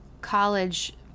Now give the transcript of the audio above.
college